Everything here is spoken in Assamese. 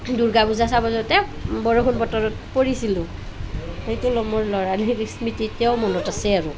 দুৰ্গা পূজা চাব যাওঁতে বৰষুণ বতৰত পৰিছিলোঁ সেইটো ল মোৰ ল'ৰালিৰ স্মৃতিত এতিয়াও মনত আছে আৰু